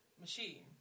machine